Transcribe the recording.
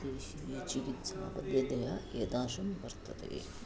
देशीय चिकित्सा पद्धतया एतादृशं वर्तते